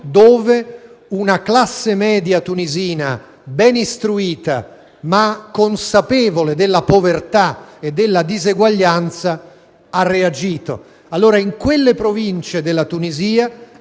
dove una classe media tunisina, ben istruita ma consapevole della povertà e della disuguaglianza, ha reagito. In quelle province della Tunisia,